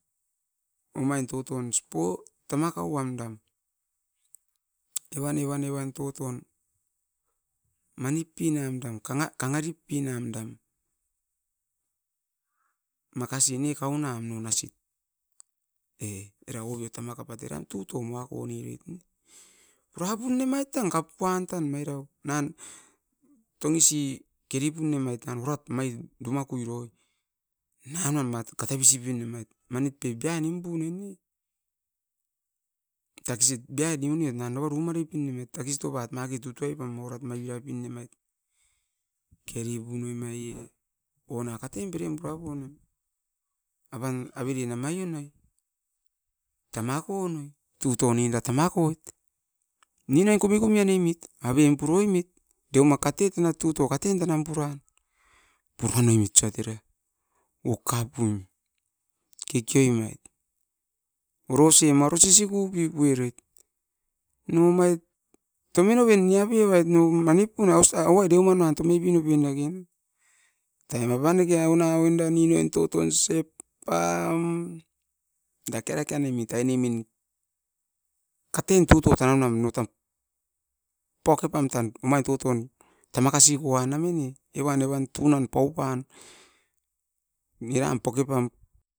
No tan natuat oit tan tutoi keri pune mait ne, no tan omain toton kapuan tan, kanga rippian kangaripam kauan, tuto tama kauam ne keri punemait. Ona iin oin kum kum pum tauara kotop poim. Mava tan suean poke nomait. Orose ma oro sisipuevait, no omait tovoven niapun tam. O auai deuman era tome piopen no na, ona nin ooin sepam, dake rake anemit aine tunan pau pan eran poke pam tan kuri takan omain toton tan.